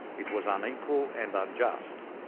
it was unequal and unjust,